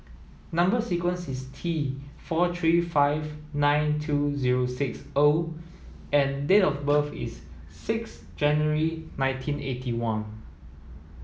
number sequence is T four three five nine two zero six O and date of birth is six January nineteen eighty one